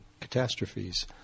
catastrophes